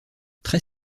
très